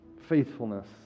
faithfulness